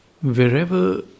wherever